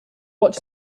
watch